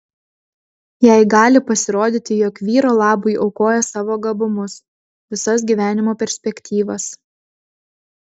jai gali pasirodyti jog vyro labui aukoja savo gabumus visas gyvenimo perspektyvas